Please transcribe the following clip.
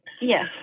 Yes